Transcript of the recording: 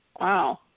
Wow